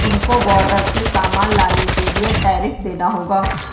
तुमको बॉर्डर से सामान लाने के लिए टैरिफ देना होगा